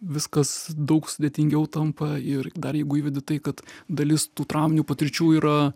viskas daug sudėtingiau tampa ir dar jeigu įvedi tai kad dalis tų trauminių patirčių yra